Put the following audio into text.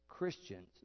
Christians